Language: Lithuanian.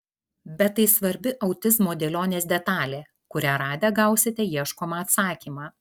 bet tai svarbi autizmo dėlionės detalė kurią radę gausite ieškomą atsakymą